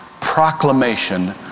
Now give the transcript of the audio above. proclamation